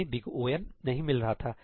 हमें O नहीं मिल रहा था